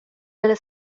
dalla